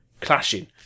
clashing